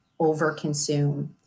overconsume